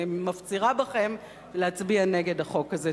אני מפצירה בכם להצביע נגד החוק הזה.